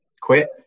quit